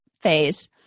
phase